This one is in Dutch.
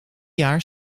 jaar